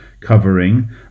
covering